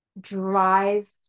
drive